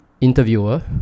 interviewer